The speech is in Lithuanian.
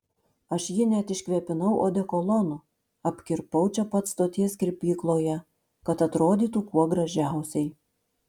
aš jį net iškvėpinau odekolonu apkirpau čia pat stoties kirpykloje kad atrodytų kuo gražiausiai